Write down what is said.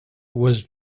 was